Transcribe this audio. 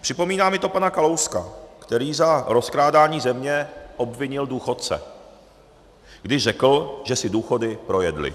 Připomíná mi to pana Kalouska, který za rozkrádání země obvinil důchodce, když řekl, že si důchody projedli.